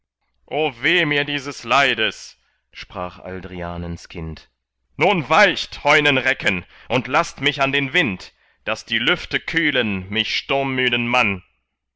weh mir dieses leides sprach aldrianens kind nun weicht heunenrecken und laßt mich an den wind daß die lüfte kühlen mich sturmmüden mann